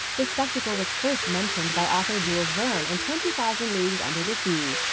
the spectacle was first mentioned by author jules verne in twenty thousand leagues under the sea.